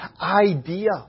idea